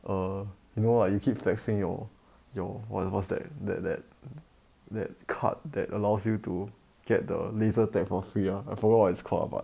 err you know like you keep flexing your your what what's that that that that card that allows you to get the laser tag for free ah I forgot what it's called ah but